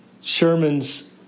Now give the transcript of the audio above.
Sherman's